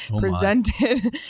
presented